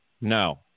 no